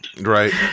right